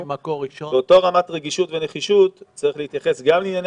באותה רמת רגישות ונחישות צריך להתייחס גם לענייני